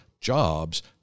jobs